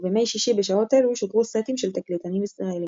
ובימי שישי בשעות אלו שודרו סטים של תקליטנים ישראלים.